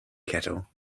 cattle